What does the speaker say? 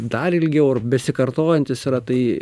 dar ilgiau ar besikartojantys yra tai